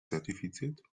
zertifiziert